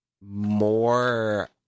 more